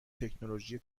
تکنولوژی